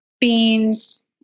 beans